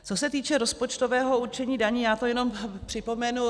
Co se týče rozpočtového určení daní, já to jen připomenu.